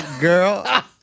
girl